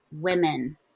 women